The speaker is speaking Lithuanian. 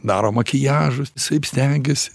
daro makiažus visaip stengiasi